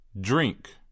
Drink